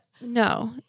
no